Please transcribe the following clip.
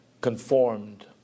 conformed